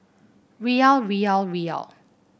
Riyal Riyal Riyal